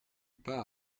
pas